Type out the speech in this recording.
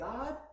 God